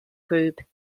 group